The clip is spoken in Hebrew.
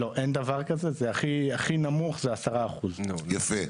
לא, אין דבר כזה הכי נמוך זה 10%. יפה.